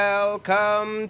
Welcome